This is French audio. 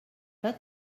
vingt